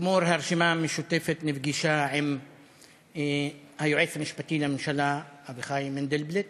אתמול הרשימה המשותפת נפגשה עם היועץ המשפטי לממשלה אביחי מנדלבליט.